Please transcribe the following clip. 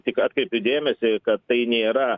tik atkreipiu dėmesį kad tai nėra